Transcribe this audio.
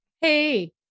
Hey